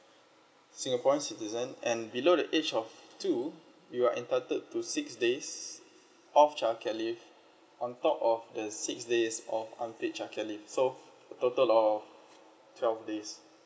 singaporean citizen and below the age of two you are entitled to six days of childcare leave on top of the six days of unpaid childcare leave so total of twelve days